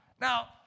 Now